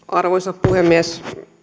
arvoisa puhemies